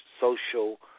social